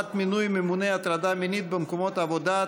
חובת מינוי ממונה הטרדה מינית במקומות העבודה),